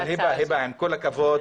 אבל עם כל הכבוד,